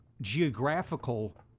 geographical